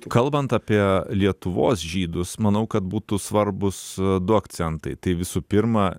kalbant apie lietuvos žydus manau kad būtų svarbūs du akcentai tai visų pirma